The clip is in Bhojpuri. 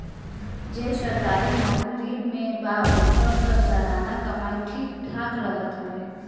जे सरकारी नोकरी में बा ओकर तअ सलाना कमाई ठीक ठाक रहत हवे